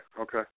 okay